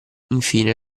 infine